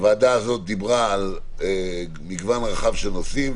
הוועדה הזאת דיברה על מגוון רחב של נושאים,